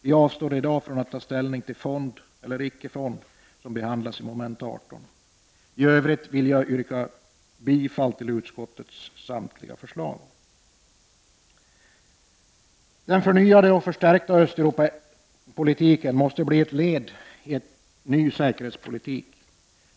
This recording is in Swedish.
Vi avstår i dag från att ta ställning till huruvida vi skall ha en fond eller inte, vilket behandlas i moment 18. I övrigt vill jag yrka bifall till utskottets samtliga förslag. Den förnyade och förstärkta Östeuropapolitiken måste bli ett led i en ny säkerhetspolitik.